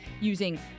using